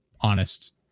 honest